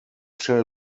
shall